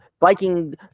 Viking